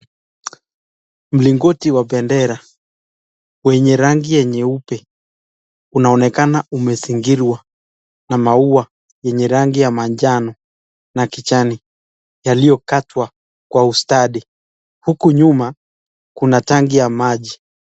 Mlingoti wa bendera wenye rangi nyeupe una onekana ume zingirwa na maua yenye rangi ya manjano na kijani yalio katwa kwa ustadi, huku nyuma kuna tanki ya maji.